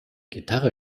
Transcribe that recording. gitarre